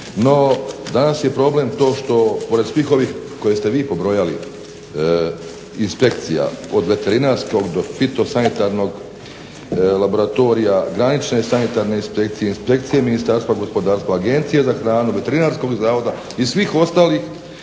Danas je problem to što pored svih ovih koje ste vi pobrojali inspekcija, od veterinarskog do fitosanitarnog laboratorija, granične sanitarne inspekcije, inspekcije Ministarstva gospodarstva, agencije za hranu, Veterinarskog zavoda i svih ostalih